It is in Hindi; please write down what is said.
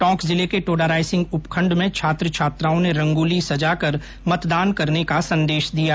टोंक जिले के टोडारायसिंह उपखंड में छात्र छात्राओं ने रंगोली सजाकर मतदान करने का संदेश दिया गया